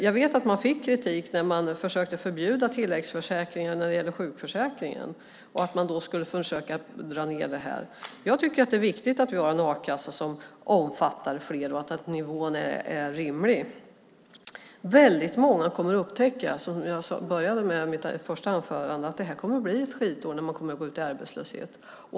Jag vet att man fick kritik när man försökte förbjuda tilläggsförsäkring till sjukförsäkringen och att man då skulle försöka att dra ned det här. Jag tycker att det är viktigt att vi har en a-kassa som omfattar fler och att nivån är rimlig. Väldigt många kommer att upptäcka, som jag sade i mitt första anförande, att detta kommer att bli ett skitår då man går ut i arbetslöshet.